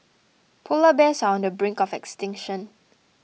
Polar Bears are on the brink of extinction